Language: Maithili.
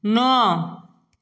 नओ